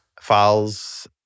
files